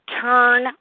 turn